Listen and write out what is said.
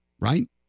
right